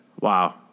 Wow